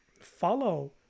follow